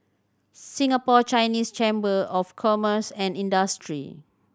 Singapore Chinese Chamber of Commerce and Industry